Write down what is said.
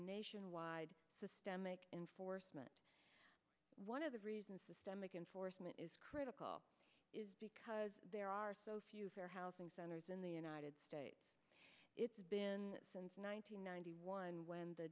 nationwide systemic in forstmann one of the reason systemic enforcement is critical is because there are so few fair housing centers in the united states it's been since nine hundred ninety one when the